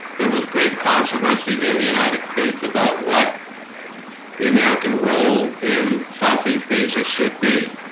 there was great controversy in the united states about what the american role in southeast asia should be